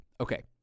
Okay